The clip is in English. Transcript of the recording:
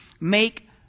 make